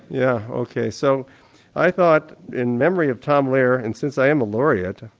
yeah o. k. so i thought in memory of tom lehrer, and since i am a laureate,